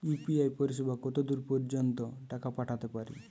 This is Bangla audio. ইউ.পি.আই পরিসেবা কতদূর পর্জন্ত টাকা পাঠাতে পারি?